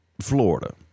Florida